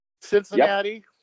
Cincinnati